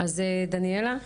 דניאלה.